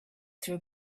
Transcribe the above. throw